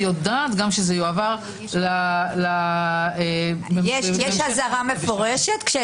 ויודעת שיועבר- -- יש הצהרה מפורשת?